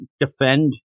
defend